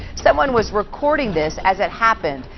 someone was recording this as it happened.